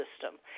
system